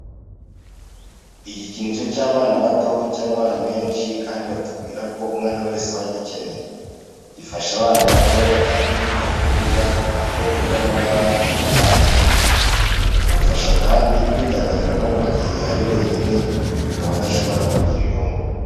Igikinisho cy’abana bato cy'amabara menshi kandi kandi batubwira ko umwana wese aba agikeneye. Gifasha abana bato batangiye kwiga kuvuga, kumenya ubwoko bw'amabara no kuyatandukanya. Kimufasha kandi kwidagadura no mu gihe ari wenyine akaba adashobora kugira irungu.